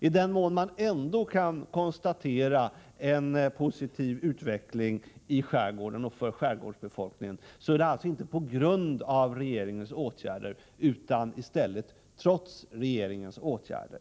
I den mån man ändå kan konstatera en positiv utveckling för skärgården och skärgårdens befolkning har en sådan kunnat åstadkommas inte på grund av regeringens åtgärder utan trots regeringens åtgärder.